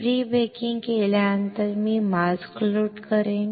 pre baking केल्यानंतर मी mask load करेन